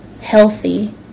healthy